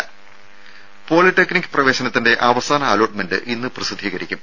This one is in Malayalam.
രുര പോളിടെക്നിക് പ്രവേശനത്തിന്റെ അവസാന അലോട്മെന്റ് ഇന്ന് പ്രസിദ്ധീകരിക്കും